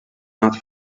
not